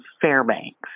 Fairbanks